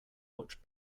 watch